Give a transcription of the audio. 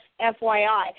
FYI